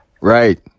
Right